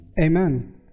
Amen